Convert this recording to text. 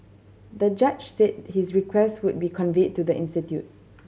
the judge said his request would be conveyed to the institute